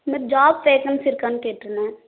இது மாதிரி job vacancy இருக்கான்னு கேட்டிருந்தேன்